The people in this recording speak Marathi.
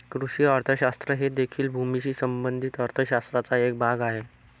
कृषी अर्थशास्त्र हे देखील भूमीशी संबंधित अर्थ शास्त्राचा एक भाग आहे